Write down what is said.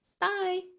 Bye